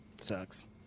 Sucks